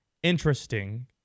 Interesting